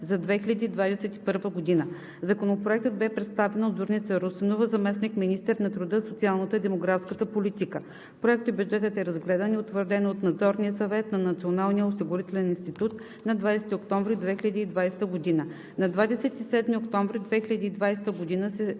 за 2021 г. Законопроектът бе представен от Зорница Русинова – заместник-министър на труда, социалната и демографската политика. Проектобюджетът е разгледан и утвърден от Надзорния съвет на Националния осигурителен институт на 20 октомври 2020 г. На 27 октомври 2020 г. се